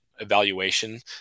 Evaluation